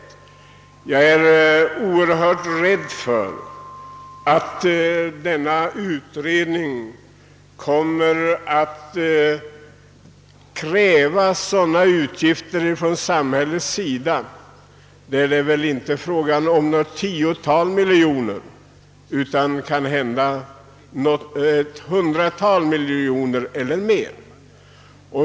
Jag är rädd för att denna utredning skall framlägga förslag som kommer att kräva mycket stora utgifter av samhället — det blir kanske inte fråga om något tiotal miljoner utan om ett hundratal miljoner eller mer.